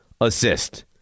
assist